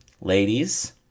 Ladies